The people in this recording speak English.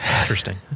interesting